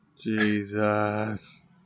Jesus